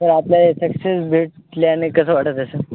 sir आपल्या success भेटल्याने कसं वाटतं सर